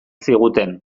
ziguten